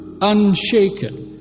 unshaken